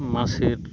মাছের